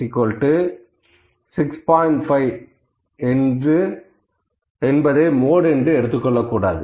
5 என்பதை மோடு என்று சொல்லக்கூடாது